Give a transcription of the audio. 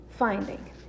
Finding